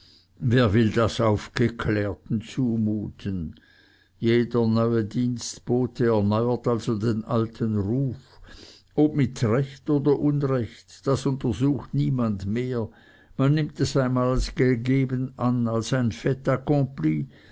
wer will das aufgeklärten zumuten jeder neue dienstbote erneuert also den alten ruf ob mit recht oder unrecht das untersucht niemand mehr man nimmt es als einmal gegeben an als ein